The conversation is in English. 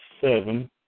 seven